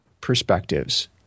perspectives